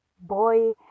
boy